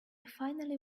finally